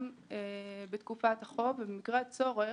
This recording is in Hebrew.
בתקופת החוב, במימוש החוב,